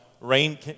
rain